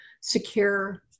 secure